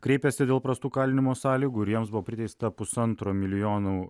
kreipėsi dėl prastų kalinimo sąlygų ir jiems buvo priteista pusantro milijonų